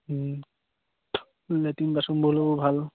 latrine বাথৰুমবোৰো ভাল